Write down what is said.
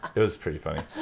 it was pretty funny.